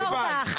הלוואי.